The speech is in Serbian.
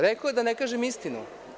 Rekao je da ne kažem istinu.